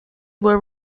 were